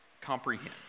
comprehend